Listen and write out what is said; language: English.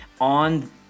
on